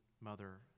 mother